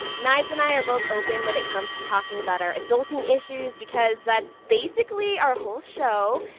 nyge and i are both open when it comes to talking about our adulting issues because that's basically our whole show,